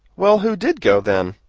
well, who did go, then?